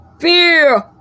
fear